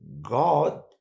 God